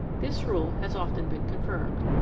this rule has often been confirmed.